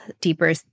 deeper